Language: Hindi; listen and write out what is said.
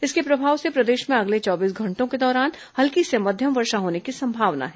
इसके प्रभाव से प्रदेश में अगले चौबीस घंटों के दौरान हल्की से मध्यम वर्षा होने की संभावना है